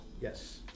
yes